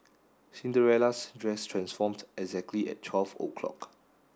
Cinderella's dress transformed exactly at twelve o'clock